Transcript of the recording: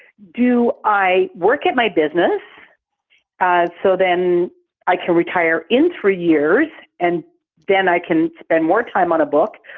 do i work at my business so then i can retire in three years and then i can spend more time on a book,